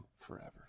forever